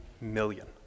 million